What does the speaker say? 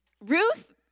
Ruth